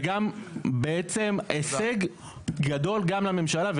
וגם בעצם הישג גדול גם לממשלה,